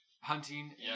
hunting